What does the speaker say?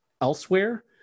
elsewhere